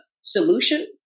solution